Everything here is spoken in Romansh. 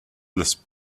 las